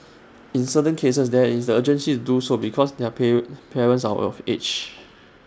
in certain cases there is the urgency is do so because their pay parents are of age